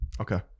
Okay